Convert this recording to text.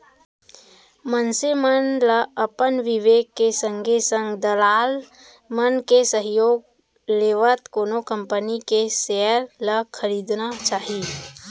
मनसे मन ल अपन बिबेक के संगे संग दलाल मन के सहयोग लेवत कोनो कंपनी के सेयर ल खरीदना चाही